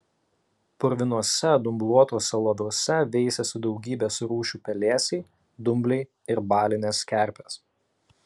purvinuose dumbluotuose loviuose veisėsi daugybės rūšių pelėsiai dumbliai ir balinės kerpės